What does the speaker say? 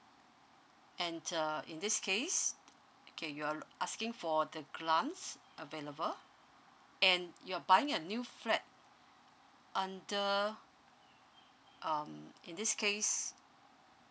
and uh in this case okay you're asking for the available and you're buying a new flat under um in this case